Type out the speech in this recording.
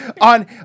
on